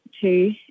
two